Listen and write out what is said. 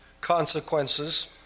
consequences